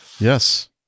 Yes